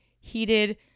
heated